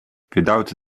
without